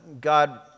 God